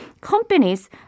companies